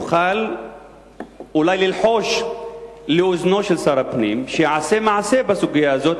תוכל ללחוש לאוזנו של שר הפנים שיעשה מעשה בסוגיה הזאת,